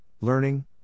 learning